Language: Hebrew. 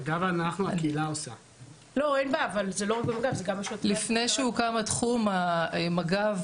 לפי שהוקם התחום מג"ב